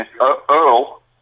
Earl